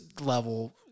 level